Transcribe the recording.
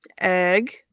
Egg